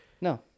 no